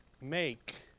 Make